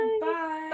Bye